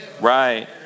Right